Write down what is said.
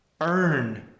earn